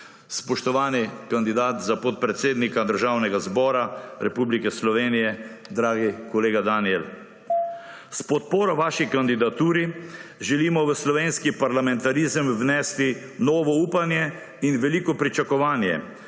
Spoštovani kandidat za podpredsednika Državnega zbora Republike Slovenije, dragi kolega Danijel, s podporo vaši kandidaturi želimo v slovenski parlamentarizem vnesti novo upanje in veliko pričakovanje,